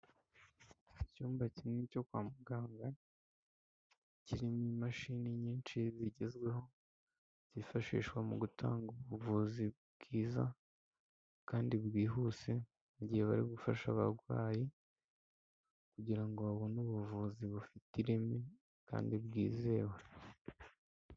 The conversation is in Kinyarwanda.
Icyumba kinini cyo kwa muganga, kirimo imashini nyinshi zigezweho, zifashishwa mu gutanga ubuvuzi bwiza kandi bwihuse, mu gihe bari gufasha abarwayi kugira ngo babone ubuvuzi bufite ireme, kandi bwizewe.